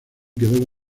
quedó